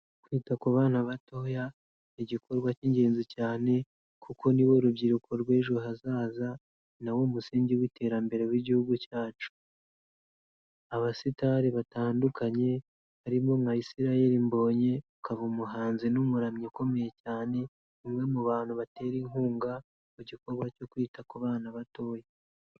Kwita ku bana batoya, ni igikorwa k'ingenzi cyane kuko niwo rubyiruko rw'ejo hazaza, na wo umusingi w'iterambere w'igihugu cyacu, abasitari batandukanye, barimo nka Israel Mbonyi ukaba umuhanzi n'umuramyi ukomeye cyane, ni umwe mu bantu batera inkunga, mu gikorwa cyo kwita ku bana batoya.